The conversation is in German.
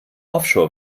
offshore